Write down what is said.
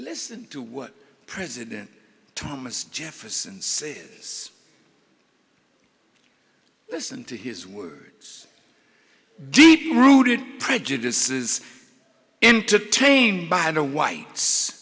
listen to what president thomas jefferson said is listen to his words deep rooted prejudices entertained by the whites